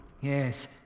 Yes